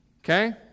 Okay